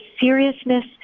seriousness